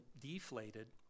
deflated